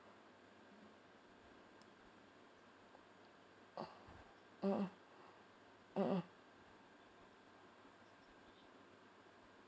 mmhmm mmhmm